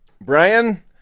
Brian